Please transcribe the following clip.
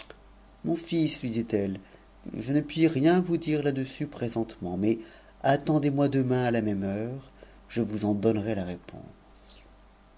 mon u s lui dit-elle je ne puis vous rien dire là-dessus présentement mais attendez-moi demain à la même heure je vous en donnerai la réponse